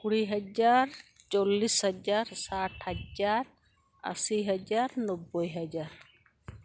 ᱠᱩᱲᱤ ᱦᱟᱡᱟᱨ ᱪᱚᱞᱞᱤᱥ ᱦᱟᱡᱟᱨ ᱥᱟᱴ ᱦᱟᱡᱟᱨ ᱟᱥᱤ ᱦᱟᱡᱟᱨ ᱱᱳᱵᱵᱳᱭ ᱦᱟᱡᱟᱨ